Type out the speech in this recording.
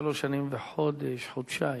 שלוש שנים וחודש, חודשיים.